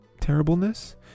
terribleness